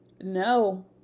No